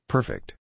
Perfect